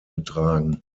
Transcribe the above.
getragen